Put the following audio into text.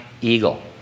eagle